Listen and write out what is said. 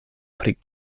pri